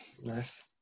Nice